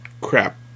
crap